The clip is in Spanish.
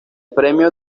premio